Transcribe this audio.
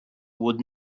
would